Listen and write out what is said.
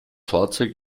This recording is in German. fahrzeug